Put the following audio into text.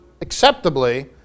acceptably